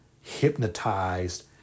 hypnotized